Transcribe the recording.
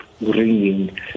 ringing